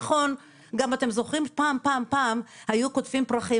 אתם זוכרים פעם פעם פעם היו קוטפים פרחים,